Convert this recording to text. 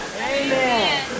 Amen